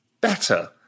better